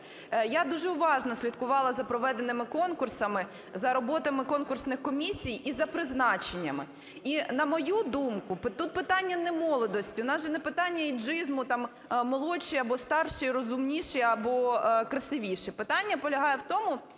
Я дуже уважно слідкувала за проведеними конкурсами, за роботами конкурсних комісій і за призначеннями. І, на мою думку, тут питання не молодості. У нас же не питання ейджизму, там молодші, або старші і розумніші, або красивіші. Питання полягає в тому,